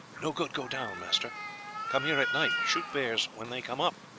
no good go down. master come here at night, shoot bears when they come up